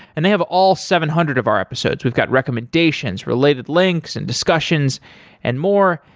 and they have all seven hundred of our episodes. we've got recommendations, related links and discussions and more.